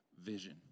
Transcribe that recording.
vision